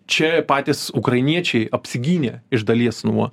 čia patys ukrainiečiai apsigynė iš dalies nuo